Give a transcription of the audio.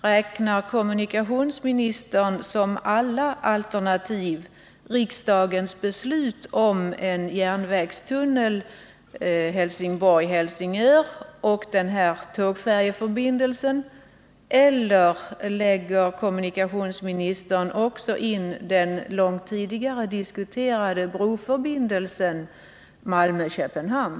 Räknar kommunikationsministern på tal om alla alternativ också med riksdagens beslut om en järnvägstunnel Helsingborg-Helsingör och den här tågfärjeförbindelsen, eller räknar kommunikationsministern även med den långt tidigare diskuterade broförbindelsen Malmö-Köpenhamn?